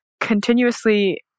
continuously